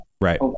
right